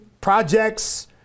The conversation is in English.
projects